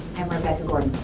i'm rebecca gordon.